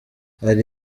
ari